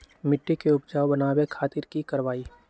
मिट्टी के उपजाऊ बनावे खातिर की करवाई?